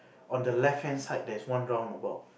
on the left hand side there's one roundabout